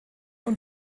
und